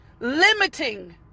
Limiting